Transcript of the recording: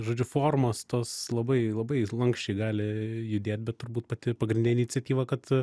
žodžiu formos tos labai labai lanksčiai gali judėt bet turbūt pati pagrindinė iniciatyva kad